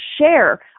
share